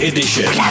Edition